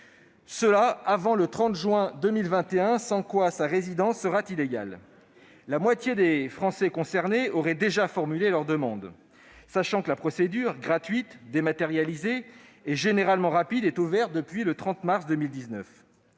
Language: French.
-avant le 30 juin 2021, faute de quoi sa résidence sera illégale. La moitié des Français concernés auraient déjà formulé leur demande, sachant que la procédure, gratuite, dématérialisée et généralement rapide, est ouverte depuis le 30 mars 2019.